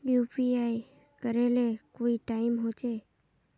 UPI करे ले कोई टाइम होचे?